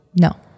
no